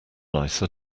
nicer